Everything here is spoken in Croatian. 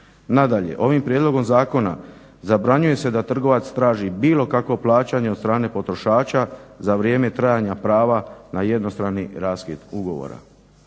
Nadalje, ovim prijedlogom zakona zabranjuje se da trgovac traži bilo kakvo plaćanje od strane potrošača za vrijeme trajanja prava na jednostrani raskid ugovora.